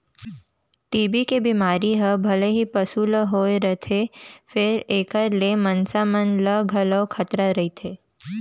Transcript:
TB के बेमारी हर भले ही पसु ल होए रथे फेर एकर ले मनसे मन ल घलौ खतरा रइथे